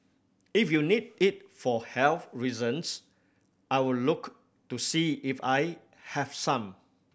if you need it for health reasons I will look to see if I have some